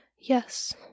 Yes